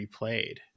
replayed